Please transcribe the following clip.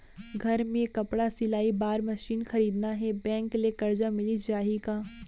घर मे कपड़ा सिलाई बार मशीन खरीदना हे बैंक ले करजा मिलिस जाही का?